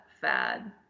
fad